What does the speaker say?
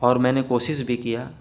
اور میں نے کوشش بھی کیا